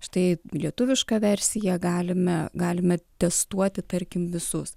štai lietuvišką versiją galime galime testuoti tarkim visus